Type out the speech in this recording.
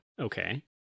Okay